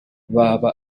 baba